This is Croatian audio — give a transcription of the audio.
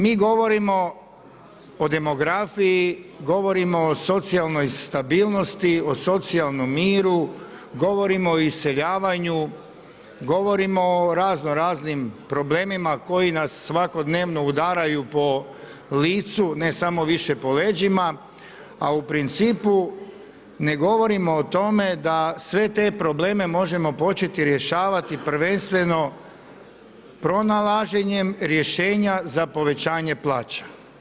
Mi govorimo o demografiji, govorimo o socijalnoj stabilnosti, o socijalnim miru, govorimo o iseljavanju, govorimo o razno raznim problemima koji nas svakodnevno udaraju po licu, ne samo više po leđima, a u principu ne govorimo o tome da sve te probleme možemo početi rješavati, prvenstveno pronalaženjem rješenja za povećanje plaća.